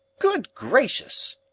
good gracious!